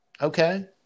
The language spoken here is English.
okay